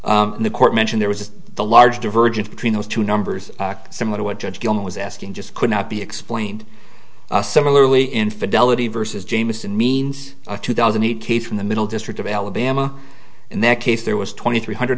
law the court mentioned there was the large divergence between those two numbers similar to what judge gilman was asking just could not be explained similarly in fidelity versus jamison means two thousand and eight case from the middle district of alabama in that case there was twenty three hundred